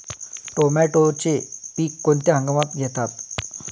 टोमॅटोचे पीक कोणत्या हंगामात घेतात?